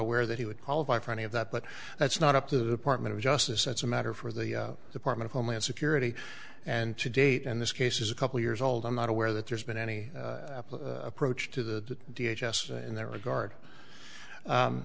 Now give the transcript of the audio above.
aware that he would qualify for any of that but that's not up to the apartment of justice that's a matter for the department of homeland security and to date and this case is a couple years old i'm not aware that there's been any approach to the d h s s and th